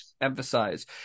emphasize